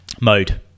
mode